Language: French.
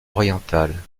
orientale